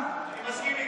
אני מסכים איתך.